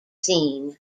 scene